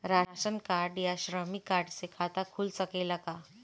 Ration card या श्रमिक card से खाता खुल सकेला का?